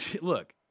Look